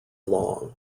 long